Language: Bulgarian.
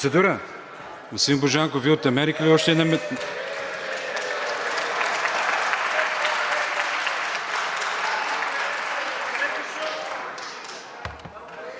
благодаря,